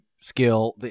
skill